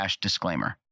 disclaimer